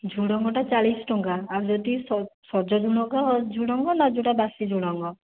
ଝୁଡ଼ଙ୍ଗଟା ଚାଳିଶ ଟଙ୍କା ଆଉ ଯଦି ସଜ ଝୁଡ଼ଙ୍ଗ ଝୁଡ଼ଙ୍ଗ ନା ଯେଉଁଟା ବାସି ଝୁଡ଼ଙ୍ଗ